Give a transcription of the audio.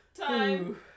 Time